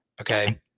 okay